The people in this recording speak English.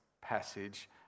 passage